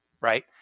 right